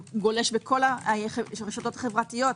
הוא גולש בכל הרשתות החברתיות.